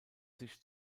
sich